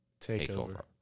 takeover